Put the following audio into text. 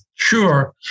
Sure